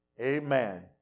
Amen